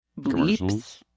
bleeps